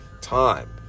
time